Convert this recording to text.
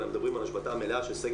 אלא אנחנו מדברים על השבתה מלאה של סגר